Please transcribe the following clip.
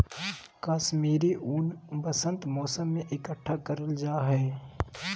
कश्मीरी ऊन वसंत मौसम में इकट्ठा करल जा हय